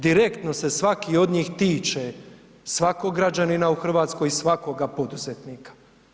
Direktno se svaki od njih tiče svakog građanina u Hrvatskoj i svakoga poduzetnika.